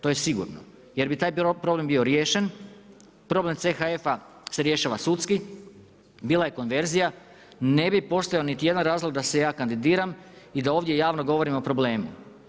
To je sigurno jer bi taj problem bio riješen, problem CHF-a se rješava sudski, bila je konverzija, ne bi postojao niti jedan razlog da se ja kandidiram i da ovdje govorim o problemu.